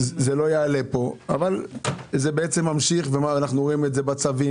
זה ממשיך ואנחנו רואים את זה בצווים